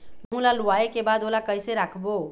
गेहूं ला लुवाऐ के बाद ओला कइसे राखबो?